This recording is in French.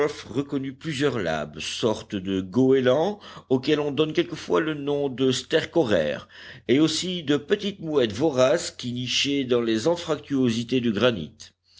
reconnut plusieurs labbes sortes de goélands auxquels on donne quelquefois le nom de stercoraires et aussi de petites mouettes voraces qui nichaient dans les anfractuosités du granit